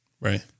Right